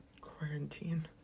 quarantine